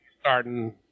starting